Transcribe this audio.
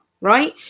right